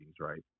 right